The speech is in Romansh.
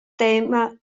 tema